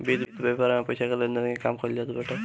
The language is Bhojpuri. वित्त व्यापार में पईसा के लेन देन के काम कईल जात बाटे